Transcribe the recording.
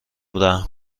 رحم